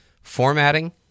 formatting